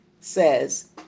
says